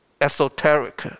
esoteric